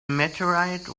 meteorite